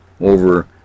over